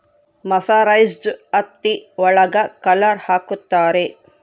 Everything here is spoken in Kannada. ಮರ್ಸರೈಸ್ಡ್ ಹತ್ತಿ ಒಳಗ ಕಲರ್ ಹಾಕುತ್ತಾರೆ